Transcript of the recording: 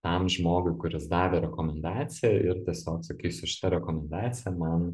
tam žmogui kuris davė rekomendaciją ir tiesiog sakysiu šita rekomendacija man